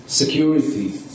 Security